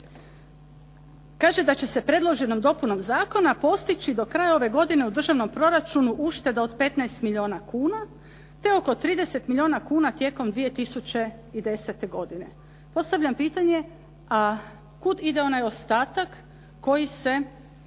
kaže da će se predloženom dopunom zakona postići do kraja ove godine u državnom proračunu ušteda od 15 milijuna kuna te oko 30 milijuna kuna tijekom 2010. godine. Postavljam pitanje a kuda ide onaj ostatak koji se